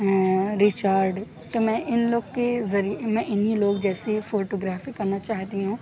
Richard تو میں ان لوگ کے ذریعہ میں انہیں لوگ جیسی فوٹوگرافی کرنا چاہتی ہوں